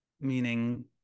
Meaning